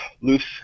loose